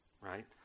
right